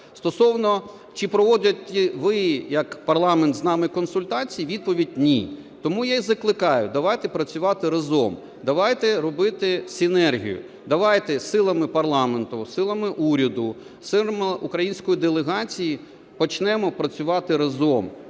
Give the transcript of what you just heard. Стосовно, чи проводите ви як парламент з нами консультації, відповідь – ні. Тому я і закликаю, давайте працювати разом, давайте робити синергію, давайте силами парламенту, силами уряду, силами української делегації почнемо працювати разом,